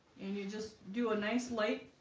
and you just do a nice light